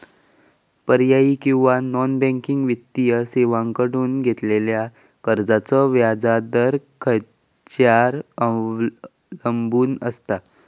पर्यायी किंवा non banking वित्तीय सेवांकडसून घेतलेल्या कर्जाचो व्याजाचा दर खेच्यार अवलंबून आसता?